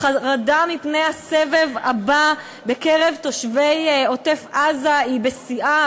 החרדה מפני הסבב הבא בקרב תושבי עוטף-עזה היא בשיאה,